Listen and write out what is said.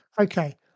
Okay